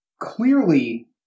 clearly